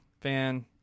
Fan